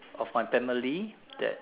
of my family that